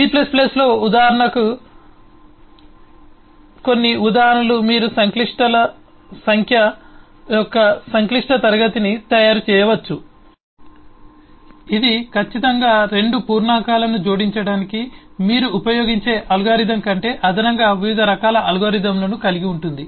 C లో ఉదాహరణకు udts యొక్క కొన్ని ఉదాహరణలు మీరు సంక్లిష్ట సంఖ్యలstruct union class యొక్క సంక్లిష్ట తరగతిని తయారు చేయవచ్చు ఇది ఖచ్చితంగా 2 పూర్ణాంకాలను జోడించడానికి మీరు ఉపయోగించే అల్గోరిథం కంటే అదనంగా వివిధ రకాల అల్గోరిథంలను కలిగి ఉంటుంది